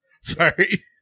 Sorry